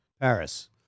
Paris